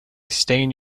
stain